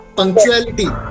punctuality